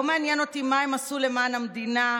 לא מעניין אותי מה הם עשו למען המדינה,